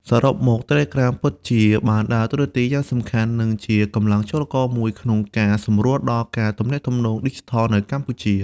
សរុបមក Telegram ពិតជាបានដើរតួនាទីយ៉ាងសំខាន់ និងជាកម្លាំងចលករមួយក្នុងការ សម្រួលដល់ការទំនាក់ទំនងឌីជីថលនៅកម្ពុជា។